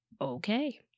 Okay